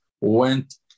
went